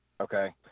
okay